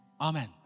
Amen